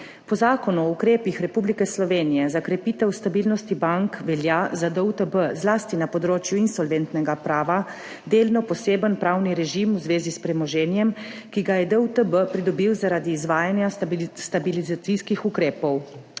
Po Zakonu o ukrepih Republike Slovenije za krepitev stabilnosti bank velja za DUTB, zlasti na področju insolventnega prava, delno poseben pravni režim v zvezi s premoženjem, ki ga je DUTB pridobil zaradi izvajanja stabilizacijskih ukrepov.